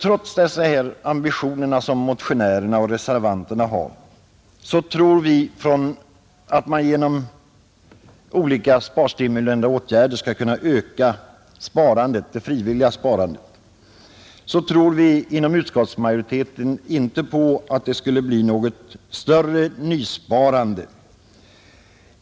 Trots de ambitioner som motionärerna och reservanterna har att man genom olika sparstimulerande åtgärder skall kunna öka det frivilliga sparandet, så tror vi inom utskottsmajoriteten inte på att det skulle bli något större nysparande.